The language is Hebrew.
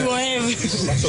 היות ואתם מגיעים מהגורמים השונים,